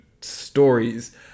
stories